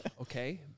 Okay